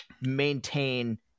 maintain